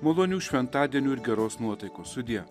malonių šventadienių ir geros nuotaikos sudie